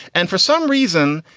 and for some reason,